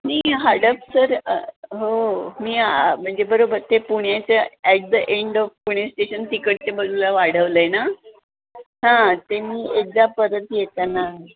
मी हडपसर हो मी म्हणजे बरोबर ते पुण्याचं at the end of Pune station तिकडच्या बजूला वाढवलं आहे ना हां ते मी एकदा परत येताना